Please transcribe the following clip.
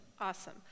Awesome